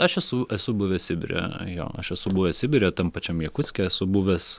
aš esu esu buvęs sibire jo aš esu buvęs sibire tam pačiam jakutske esu buvęs